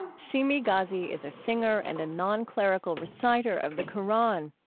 seemi ghazi is a singer and a non-clerical reciter of the qur'an.